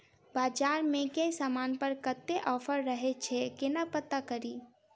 बजार मे केँ समान पर कत्ते ऑफर रहय छै केना पत्ता कड़ी?